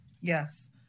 Yes